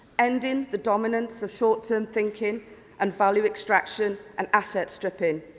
ending the dominance of short-term thinking and value e so traction and asset stripping,